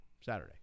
Saturday